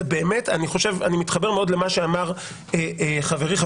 אני מתחבר מאוד למה שאמר חברי,